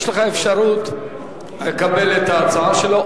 יש לך אפשרות לקבל את ההצעה שלו,